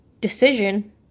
decision